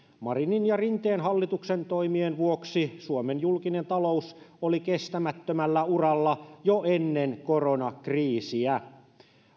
marinin ja rinteen hallituksen toimien vuoksi suomen julkinen talous oli kestämättömällä uralla jo ennen koronakriisiä